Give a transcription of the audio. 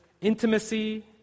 intimacy